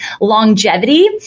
longevity